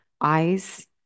eyes